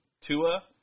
Tua